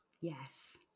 Yes